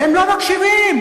תצא החוצה.